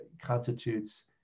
constitutes